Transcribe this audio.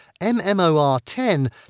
MMOR10